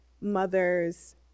mothers